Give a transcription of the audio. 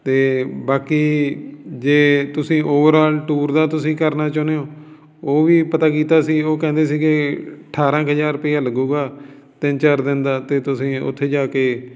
ਅਤੇ ਬਾਕੀ ਜੇ ਤੁਸੀਂ ਓਵਰਆਲ ਟੂਰ ਦਾ ਤੁਸੀਂ ਕਰਨਾ ਚਾਹੁੰਦੇ ਹੋ ਉਹ ਵੀ ਪਤਾ ਕੀਤਾ ਸੀ ਉਹ ਕਹਿੰਦੇ ਸੀਗੇ ਅਠਾਰਾਂ ਕੁ ਹਜ਼ਾਰ ਰੁਪਇਆ ਲੱਗੂਗਾ ਤਿੰਨ ਚਾਰ ਦਿਨ ਦਾ ਅਤੇ ਤੁਸੀਂ ਉੱਥੇ ਜਾ ਕੇ